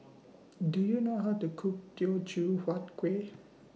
Do YOU know How to Cook Teochew Huat Kueh